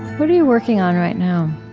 what are you working on right now?